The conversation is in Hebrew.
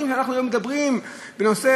אנחנו היום מדברים בנושא